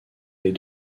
les